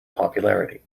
popularity